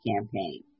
campaign